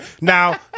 Now